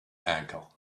ankle